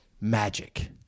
magic